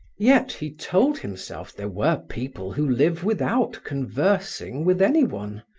yet he told himself there were people who live without conversing with anyone,